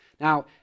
Now